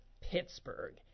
Pittsburgh